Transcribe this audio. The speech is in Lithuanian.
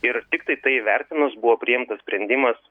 ir tiktai tai įvertinus buvo priimtas sprendimas